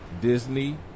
disney